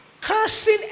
Cursing